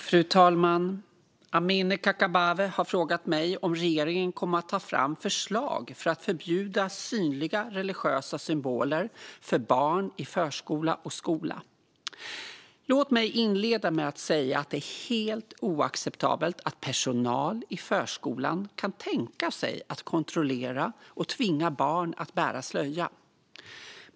Fru talman! Amineh Kakabaveh har frågat mig om regeringen kommer att ta fram förslag för att förbjuda synliga religiösa symboler för barn i förskola och skola. Låt mig inleda med att säga att det är helt oacceptabelt att personal i förskolan kan tänka sig att kontrollera och tvinga barn att bära slöja.